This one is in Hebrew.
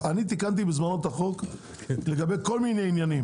אני תיקנתי בזמנו את החוק לגבי כל מיני עניינים